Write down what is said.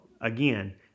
again